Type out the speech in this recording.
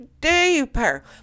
deeper